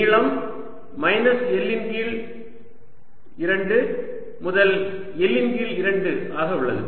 நீளம் minus L இன் கீழ் 2 முதல் L இன் கீழ் 2 ஆக உள்ளது